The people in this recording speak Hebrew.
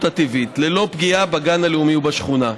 הטבעית ללא פגיעה בגן הלאומי ובשכונה.